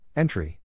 Entry